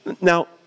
Now